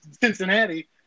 Cincinnati